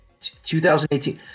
2018